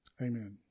amen